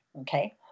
okay